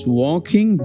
walking